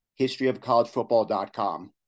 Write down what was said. historyofcollegefootball.com